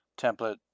template